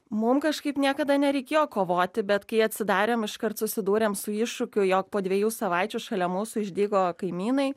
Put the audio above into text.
mum kažkaip niekada nereikėjo kovoti bet kai atsidarėm iškart susidūrėm su iššūkiu jog po dviejų savaičių šalia mūsų išdygo kaimynai